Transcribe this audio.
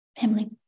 family